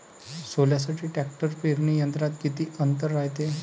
सोल्यासाठी ट्रॅक्टर पेरणी यंत्रात किती अंतर रायते?